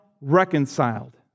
reconciled